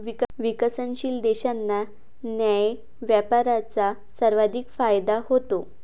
विकसनशील देशांना न्याय्य व्यापाराचा सर्वाधिक फायदा होतो